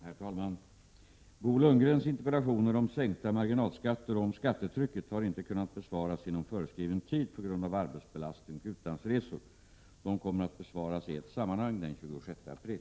Herr talman! Bo Lundgrens interpellationer om sänkta marginalskatter och om skattetrycket har inte kunnat besvaras inom föreskriven tid på grund av arbetsbelastning och utlandsresor. De kommer att besvaras i ett sammanhang den 26 april.